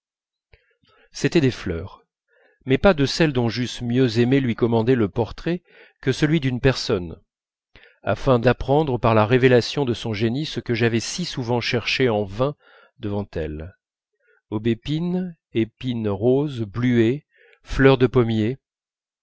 c'était des fleurs mais pas de celles dont j'eusse mieux aimé lui commander le portrait que celui d'une personne afin d'apprendre par la révélation de son génie ce que j'avais si souvent cherché en vain devant elles aubépines épines roses bluets fleurs de pommier